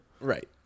Right